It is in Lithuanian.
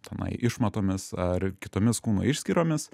tenai išmatomis ar kitomis kūno išskyromis